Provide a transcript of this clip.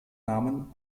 namen